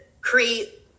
create